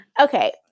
Okay